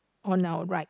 on our right